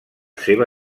seva